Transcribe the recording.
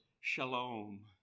Shalom